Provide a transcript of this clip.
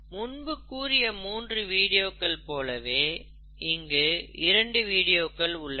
முன்பு கூறிய மூன்று வீடியோக்கள் போலவே இங்கு இரண்டு வீடியோக்கள் உள்ளன